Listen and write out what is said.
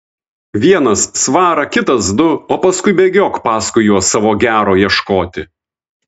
vienas svarą kitas du o paskui bėgiok paskui juos savo gero ieškoti